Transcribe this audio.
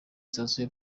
sitasiyo